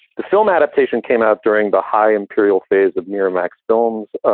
the film adaptation came out during the high imperial phase of miramax films.